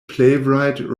playwright